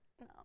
No